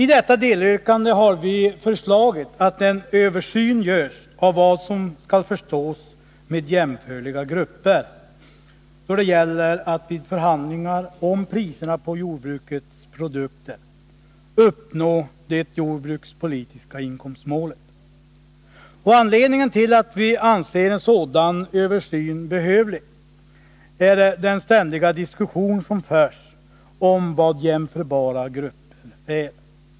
I detta delyrkande har vi föreslagit att en översyn görs av vad som skall förstås med ”jämförliga grupper” då det gäller att vid förhandlingar om priserna på jordbrukets produkter uppnå det jordbrukspolitiska inkomstmålet. Anledningen till att vi anser en sådan översyn behövlig är den ständiga diskussion som förs om vad jämförbara grupper är.